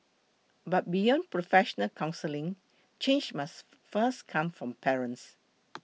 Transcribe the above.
but beyond professional counselling change must first come from parents